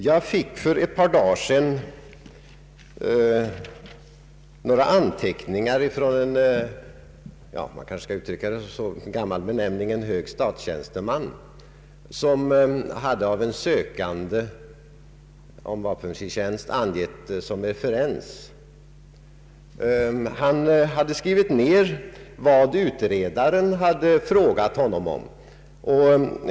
Jag fick för ett par dagar sedan någ ra anteckningar från, för att använda en gammal benämning, en hög statstjänsteman, som av en sökande om vapenfri tjänst hade angetts som referens. Denna statstjänsteman hade skrivit ned vad utredaren frågat honom om.